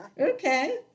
okay